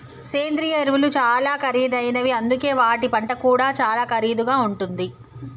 సేంద్రియ ఎరువులు చాలా ఖరీదైనవి అందుకనే వాటి పంట కూడా చాలా ఖరీదుగా ఉంటుంది